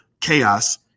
chaos